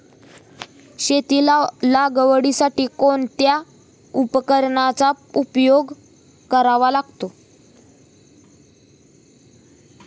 शेती लागवडीसाठी कोणकोणत्या उपकरणांचा उपयोग करावा लागतो?